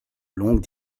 longues